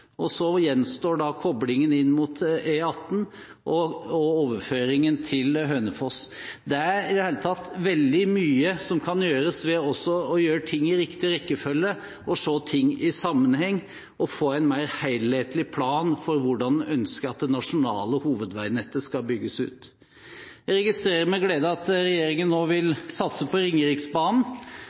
og så gjenstår koblingen inn mot E18 og overføringen til Hønefoss. Det er i det hele tatt veldig mye som kan gjøres ved også å gjøre ting i riktig rekkefølge, se ting i sammenheng og få en mer helhetlig plan for hvordan en ønsker at det nasjonale hovedveinettet skal bygges ut. Jeg registrerer med glede at regjeringen nå vil satse på Ringeriksbanen.